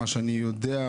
ממה שאני יודע.